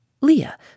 Leah